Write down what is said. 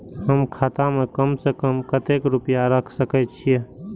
हम खाता में कम से कम कतेक रुपया रख सके छिए?